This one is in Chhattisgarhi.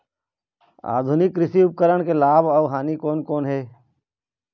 आधुनिक कृषि उपकरण के लाभ अऊ हानि कोन कोन हे?